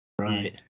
Right